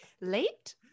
Late